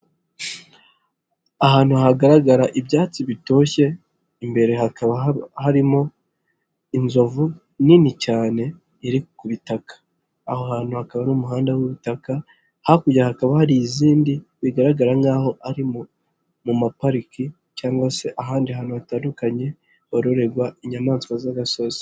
Ahantu hagaragara ibyatsi bitoshye, imbere hakaba harimo inzovu nini cyane iri kubitaka, aho hantu hakaba ari umuhanda w'ubutaka, hakurya hakaba hari izindi bigaragara ko ari mu mapariki cyangwa se ahandi hantu hatandukanye hororegwa inyamaswa z'agasozi.